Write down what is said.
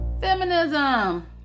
feminism